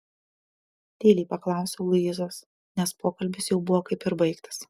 tyliai paklausiau luizos nes pokalbis jau buvo kaip ir baigtas